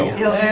heal